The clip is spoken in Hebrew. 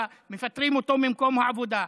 מפטרים אותו ממקום העבודה.